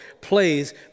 plays